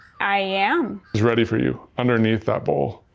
i am. it's ready for you underneath that bowl.